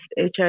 HIV